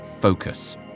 focus